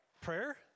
prayer